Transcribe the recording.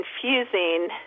confusing